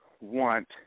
want